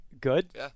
good